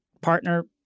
partner